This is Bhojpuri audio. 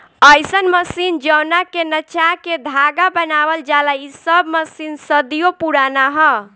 अईसन मशीन जवना के नचा के धागा बनावल जाला इ सब मशीन सदियों पुराना ह